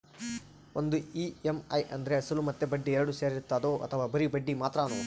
ಒಂದು ಇ.ಎಮ್.ಐ ಅಂದ್ರೆ ಅಸಲು ಮತ್ತೆ ಬಡ್ಡಿ ಎರಡು ಸೇರಿರ್ತದೋ ಅಥವಾ ಬರಿ ಬಡ್ಡಿ ಮಾತ್ರನೋ?